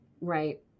Right